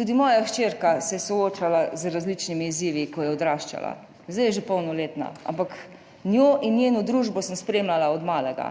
Tudi moja hčerka se je soočala z različnimi izzivi, ko je odraščala, zdaj je že polnoletna, ampak njo in njeno družbo sem spremljala od malega.